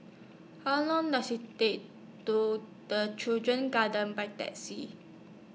How Long Does IT Take to The Children's Garden By Taxi